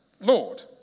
Lord